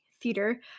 theater